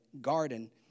garden